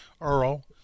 Earl